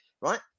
right